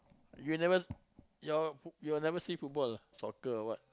you never you you never see football soccer or what